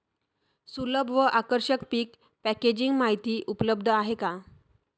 सुलभ व आकर्षक पीक पॅकेजिंग माहिती उपलब्ध आहे का?